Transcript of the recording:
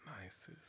nicest